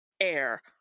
air